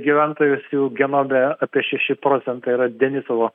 gyventojus jų genome apie šeši procentai yra denisovo